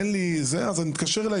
אין לי טלפון סלולרי אז אני מתקשר אליה,